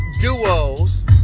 duos